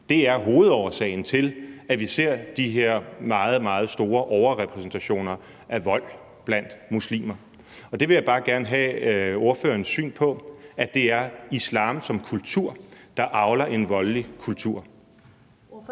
Det er hovedårsagen til, at vi ser den her meget, meget store overrepræsentation af vold blandt muslimer. Det vil jeg bare gerne have ordførerens syn på, altså at det er islam som kultur, der avler en voldelig kultur.